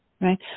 right